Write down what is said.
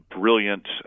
Brilliant